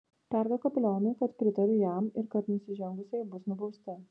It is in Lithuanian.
perduok kapelionui kad pritariu jam ir kad nusižengusieji bus nubausti